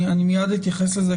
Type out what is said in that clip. אני מיד אתייחס לזה,